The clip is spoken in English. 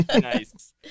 nice